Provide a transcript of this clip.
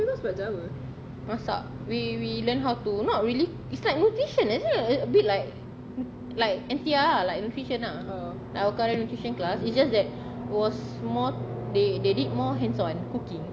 masak we we learnt how to not really it's like nutrition is a bit like like N_T_R like nutrition ah like our current nutrition class it's just that was more they they need more hands on cooking